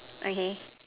okay